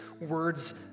words